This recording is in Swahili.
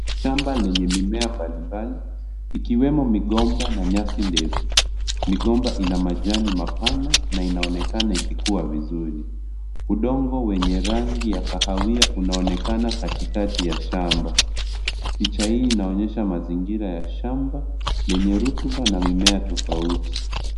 Shamba lenye mimea mbalimbali ikiwemo migomba na nyasi ndefu. Migomba ina majani mapana na inaonekana ikikua vizuri. Udongo wenye rangi ya kahawia unaonekana katikati ya shamba. Picha hii inaonyesha mazingira ya shamba lenye rotuba na mimea tofauuti.